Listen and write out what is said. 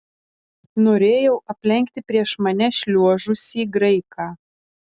norėjau aplenkti prieš mane šliuožusį graiką